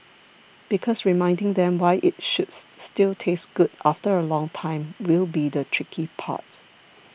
because reminding them why it should still taste good after a long time will be the tricky part